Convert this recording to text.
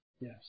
Yes